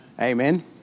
Amen